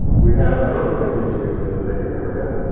we have an earthquake issue in the bay area.